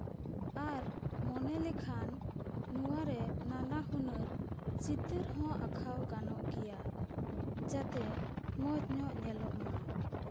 ᱟᱨ ᱢᱚᱱᱮ ᱞᱮᱠᱷᱟᱱ ᱱᱚᱣᱟᱨᱮ ᱱᱟᱱᱟ ᱦᱩᱱᱟᱹᱨ ᱪᱤᱛᱟᱹᱨ ᱦᱚᱸ ᱟᱸᱠᱟᱣ ᱜᱟᱱᱚᱜ ᱜᱮᱭᱟ ᱡᱟᱛᱮ ᱢᱚᱡᱽ ᱧᱚᱜ ᱧᱮᱞᱚᱜᱼᱢᱟ